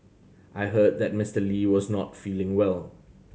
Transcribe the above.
I heard that Mister Lee was not feeling well